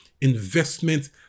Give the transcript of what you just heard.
investment